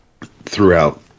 throughout